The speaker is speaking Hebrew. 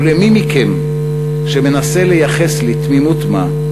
ולמי מכם שמנסה לייחס לי תמימות-מה,